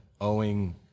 owing